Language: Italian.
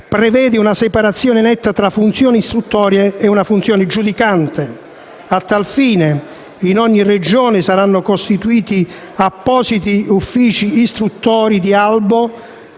prevede una separazione netta tra funzioni istruttorie e funzione giudicante. A tal fine, in ogni Regione saranno costituiti appositi uffici istruttori di albo